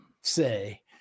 say